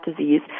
disease